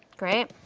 great.